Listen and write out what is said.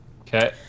okay